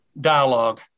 dialogue